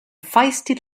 feisty